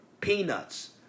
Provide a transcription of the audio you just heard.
peanuts